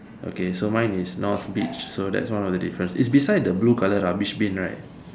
okay so mine is North beach so that's one of the difference its beside the blue color rubbish bin right